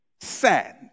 sand